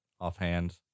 offhand